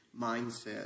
mindset